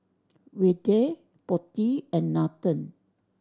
Vedre Potti and Nathan